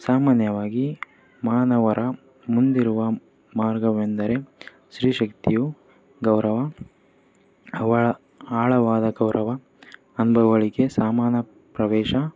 ಸಾಮಾನ್ಯವಾಗಿ ಮಾನವರ ಮುಂದಿರುವ ಮಾರ್ಗವೆಂದರೆ ಸ್ತ್ರೀ ಶಕ್ತಿಯು ಗೌರವ ಅವಳ ಆಳವಾದ ಗೌರವ ಅನುಭವ್ಗಳಿಗೆ ಸಮಾನ ಪ್ರವೇಶ